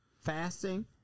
fasting